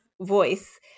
voice